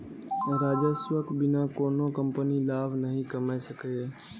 राजस्वक बिना कोनो कंपनी लाभ नहि कमा सकैए